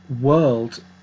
world